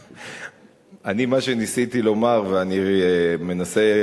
מה שניסיתי לומר ואני מנסה,